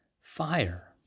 fire